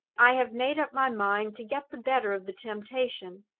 i have made up my mind to get the better of the temptation.